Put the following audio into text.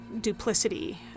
duplicity